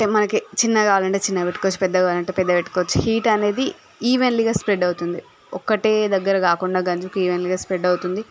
అంటే మనకి చిన్నగా కావాలంటే చిన్నగా పెట్టుకోవచ్చు పెద్దగా కావాలంటే పెద్దగా పెట్టుకోవచ్చు హీట్ అనేది ఈవెన్లీగా స్ప్రెడ్ అవుతుంది ఒకటే దగ్గర కాకుండా గంజికి ఈవెన్లీగా స్ప్రెడ్ అవుతుంది